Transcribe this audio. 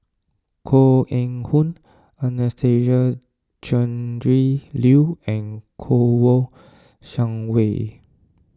Koh Eng Hoon Anastasia Tjendri Liew and Kouo Shang Wei